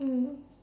mm